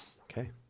Okay